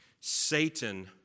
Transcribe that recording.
Satan